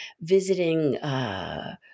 visiting